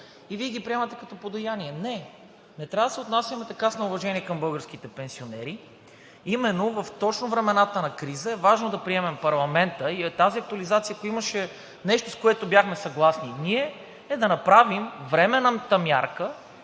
и Вие ги приемате като подаяние. Не, не трябва да се отнасяме така с неуважение към българските пенсионери. Именно точно във времената на криза е важно да приемем в парламента и тази актуализация. Ако имаше нещо, с което ние бяхме съгласни, е да направим временната мярка,